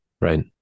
Right